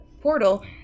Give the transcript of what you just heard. portal